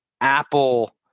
Apple